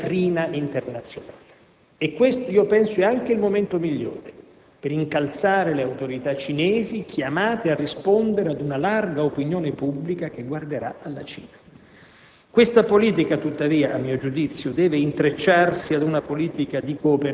l'Esposizione universale nel 2010); è quindi nella vetrina internazionale. Ritengo sia questo il momento migliore per incalzare le autorità cinesi, chiamate a rispondere ad una larga opinione pubblica che guarderà alla Cina.